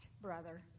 brother